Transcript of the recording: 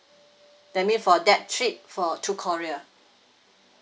that mean for that trip for to korea